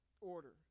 order